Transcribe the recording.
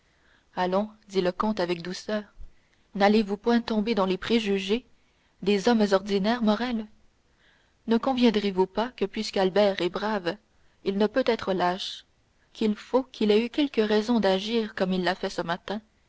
allons dit le comte avec douceur n'allez-vous point tomber dans les préjugés des hommes ordinaires morrel ne conviendrez vous pas que puisque albert est brave il ne peut être lâche qu'il faut qu'il ait eu quelque raison d'agir comme il l'a fait ce matin